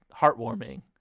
heartwarming